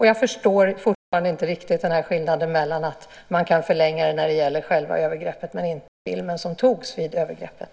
Vidare förstår jag fortfarande inte riktigt den här skillnaden att man kan förlänga när det gäller själva övergreppet men inte när det gäller filmen som togs vid övergreppet.